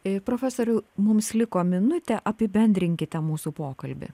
profesoriau mums liko minutė apibendrinkite mūsų pokalbį